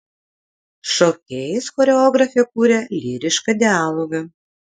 šokėjais choreografė kuria lyrišką dialogą